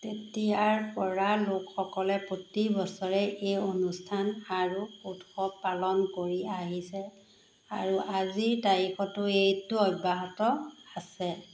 তেতিয়াৰ পৰা লোকসকলে প্ৰতিবছৰে এই অনুষ্ঠান আৰু উৎসৱ পালন কৰি আহিছে আৰু আজিৰ তাৰিখতো এইটো অব্যাহত আছে